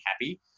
happy